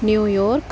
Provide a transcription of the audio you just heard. New York